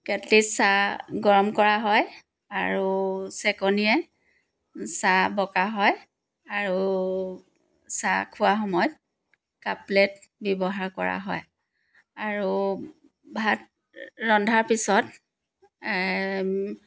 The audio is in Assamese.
কেটলিত চাহ গৰম কৰা হয় আৰু চেকনিয়ে চাহ বকা হয় আৰু চাহ খোৱা সময়ত কাপ প্লেট ব্যৱহাৰ কৰা হয় আৰু ভাত ৰন্ধাৰ পিছত